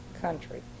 country